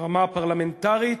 ברמה הפרלמנטרית,